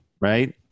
right